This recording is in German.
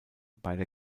beider